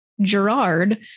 gerard